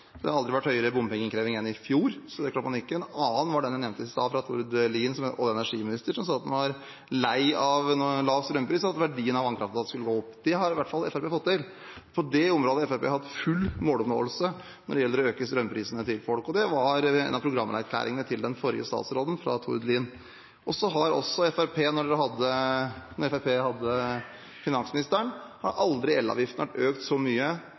Det har aldri vært høyere bompengeinnkreving enn i fjor, så det klarte man ikke. Et annet var det jeg nevnte i stad, fra Tord Lien som olje- og energiminister, som sa at han var lei av lav strømpris, og at verdien av vannkraften skulle gå opp. Det har i hvert fall Fremskrittspartiet fått til. På det området, når det gjelder å øke strømprisene til folk, har Fremskrittspartiet hatt full måloppnåelse, og det var en av programerklæringene til tidligere statsråd Tord Lien. Og elavgiften har aldri vært økt så mye som under Fremskrittspartiets finansminister. Med en ny regjering har